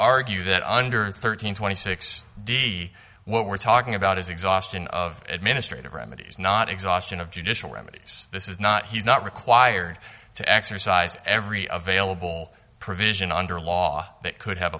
argue that under thirteen twenty six d what we're talking about is exhaustion of administrative remedies not exhaustion of judicial remedies this is not he's not required to exercise every of vailable provision under law that could have